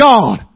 God